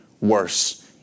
worse